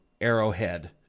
Arrowhead